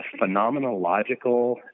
phenomenological